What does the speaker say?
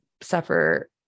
suffer